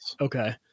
Okay